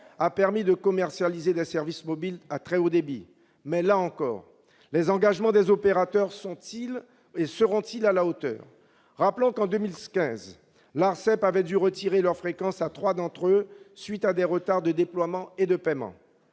a permis de commercialiser des services mobiles à très haut débit. Mais, là encore, les engagements des opérateurs seront-ils à la hauteur ? Rappelons que, en 2015, l'ARCEP avait dû retirer leurs fréquences à trois d'entre eux suite à des retards de déploiement et de paiements.